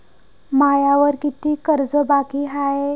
मायावर कितीक कर्ज बाकी हाय?